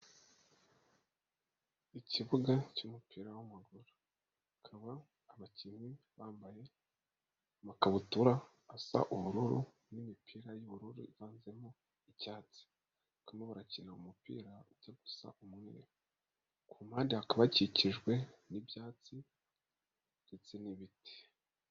Ikibuga cy'umupira w'amaguru, akaba abakinnyi bambaye amakabutura asa n'ubururu n'imipira y'ubururu bivanzemo icyatsi. bakaba barimo barakina umupira ujya gusa umweru. Ku impande hakaba hakikijwe n'ibyatsi ndetse n'ibiti.